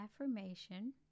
affirmation